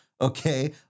okay